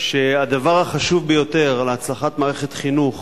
שהדבר החשוב ביותר להצלחת מערכת חינוך